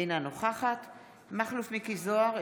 אינה נוכחת מכלוף מיקי זוהר,